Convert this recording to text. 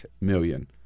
million